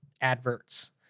adverts